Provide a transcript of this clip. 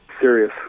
serious